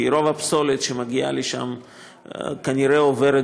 כי רוב הפסולת שמגיעה לשם כנראה עוברת